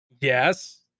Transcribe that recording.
Yes